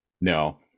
No